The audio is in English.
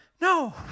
no